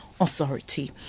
Authority